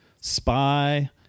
Spy